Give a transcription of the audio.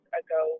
ago